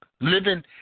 living